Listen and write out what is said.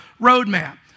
roadmap